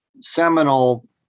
seminal